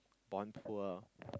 born poor